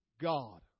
God